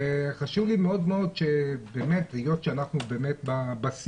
אז חשוב לי מאוד מאוד, שהיות ואנחנו בבסיס,